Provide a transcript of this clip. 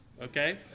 okay